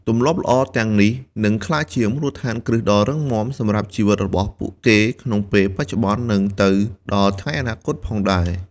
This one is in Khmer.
ទម្លាប់ល្អ ទាំងនេះនឹងក្លាយជាមូលដ្ឋានគ្រឹះដ៏រឹងមាំសម្រាប់ជីវិតរបស់ពួកគេក្នុងពេលបច្ចុប្បន្ននឹងទៅដល់ថ្ងៃអនាគតផងដែរ ។